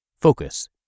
Focus